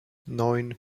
neun